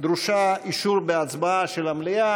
דורשת אישור בהצבעה של המליאה.